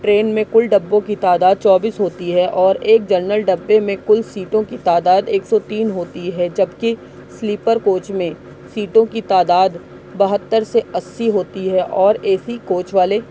train میں کل ڈبوں کی تعداد چوبیس ہوتی ہے اور ایک جنرل ڈبے میں کل سیٹوں کی تعداد ایک سو تین ہوتی ہے جبکہ سلیپر کوچ میں سیٹوں کی تعداد بہتر سے اسّی ہوتی ہے اور اے سی کوچ والے